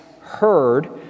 heard